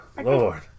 Lord